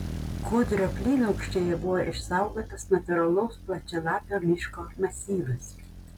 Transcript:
kodrio plynaukštėje buvo išsaugotas natūralaus plačialapio miško masyvas